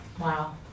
wow